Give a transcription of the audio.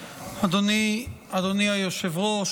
אדוני היושב-ראש,